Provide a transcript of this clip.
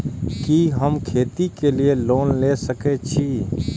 कि हम खेती के लिऐ लोन ले सके छी?